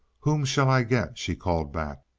whom shall i get? she called back.